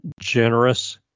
generous